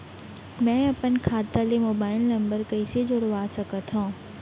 मैं अपन खाता ले मोबाइल नम्बर कइसे जोड़वा सकत हव?